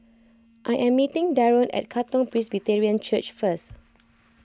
I am meeting Daron at Katong Presbyterian Church first